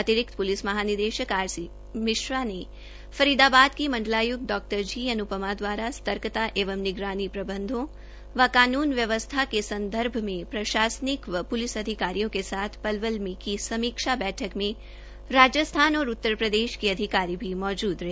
अतिरिक्त प्लिस महानिदेशक R C Mishra ने फरीदाबाद के मंडलाय्क्त डॉ जी अन्पमा द्वारा सर्तकता एवं निगरानी प्रबंधों व कानून व्यवसथा के संदर्भ में प्रशासनिक व प्लिस अधिकारियों के साथ पलवल में की समीक्षा बैठक में राजस्थान और उत्तरप्रदेश के अधिकारी भी मौजूद रहे